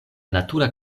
natura